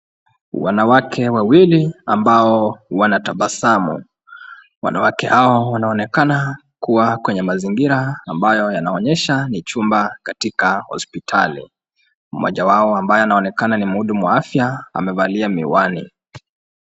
Wanawake wawili ambao wanatabasamu. Wanawake hao wanaonekana kuwa kwenye mazingira ambayo yanaonyesha ni chumba katika hosipitali. Mmoja wao ambaye anaonekana ni mhudumu wa afya amevalia miwani.